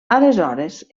aleshores